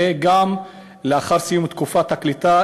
וגם לאחר סיום תקופת הקליטה,